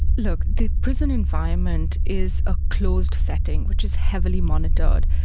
look, the prison environment is a closed setting which is heavily monitored.